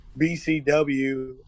bcw